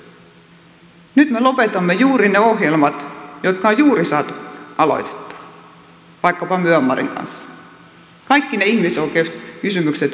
nyt me lopetamme juuri ne ohjelmat jotka on juuri saatu aloitettua vaikkapa myanmarin kanssa kaikki ne ihmisoikeuskysymykset jotka siellä ovat kesken